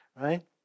right